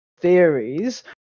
theories